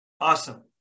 Awesome